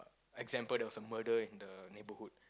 example there was a murder in the neighbourhood